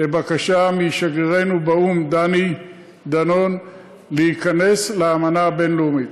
משגרירנו באו"ם דני דנון להיכנס לאמנה הבין-לאומית.